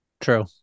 true